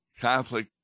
Catholic